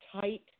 tight